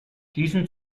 diesen